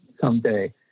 someday